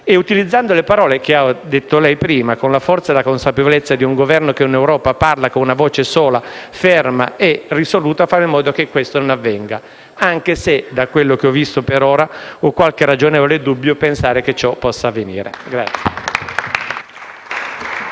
- utilizzando le parole che ha pronunciato prima - con la forza e la consapevolezza di un Governo che in Europa parla con una voce sola, ferma e risoluta, farà in modo che questo non avvenga, anche se - da quello che ho visto per ora - ho qualche ragionevole dubbio che ciò possa avvenire.